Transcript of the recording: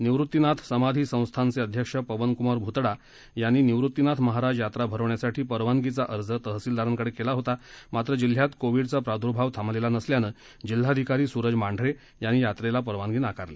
निवृतीनाथ समाधी संस्थानचे अध्यक्ष पवनक्मार भ्तडा यांनी निवृत्तीनाथ महाराज यात्रा भरवण्यासाठी परवानगीचा अर्ज तहसीलदारांकडे केला होता मात्र जिल्ह्यात कोविडचा प्रादर्भाव थांबलेला नसल्यानं जिल्हाधिकारी सुरज मांढरे यांनी यात्रेला परवानगी नाकारली